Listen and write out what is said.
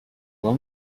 will